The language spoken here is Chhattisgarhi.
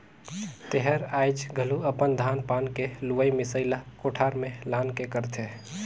तेहर आयाज घलो अपन धान पान के लुवई मिसई ला कोठार में लान के करथे